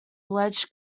alleged